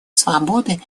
свободы